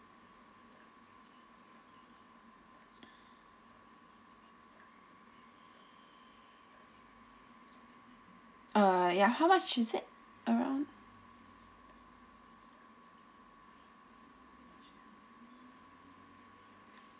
uh ya how much is it around